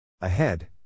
ahead